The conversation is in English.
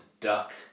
duck